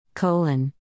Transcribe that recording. colon